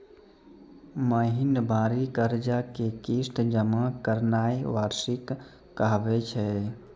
महिनबारी कर्जा के किस्त जमा करनाय वार्षिकी कहाबै छै